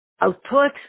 output